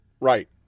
right